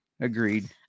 Agreed